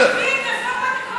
מי הביא בסוף את החוק?